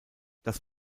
das